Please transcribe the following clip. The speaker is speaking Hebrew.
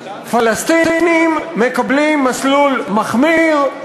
ופלסטינים מקבלים מסלול מחמיר,